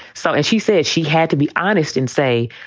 so. and she said she had to be honest and say,